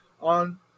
on